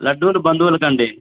లడ్లు బంధువులకు అండి